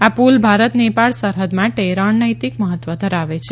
આ પુલ ભારત નેપાળ સરહદ માટે રણનૈતિક મહત્વ ધરાવે છે